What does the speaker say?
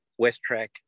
Westtrack